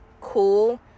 cool